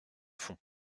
fond